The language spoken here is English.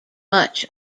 much